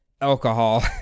alcohol